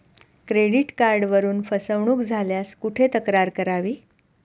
Credit कार्डवरून फसवणूक झाल्यास कुठे तक्रार करावी?